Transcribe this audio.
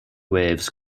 waves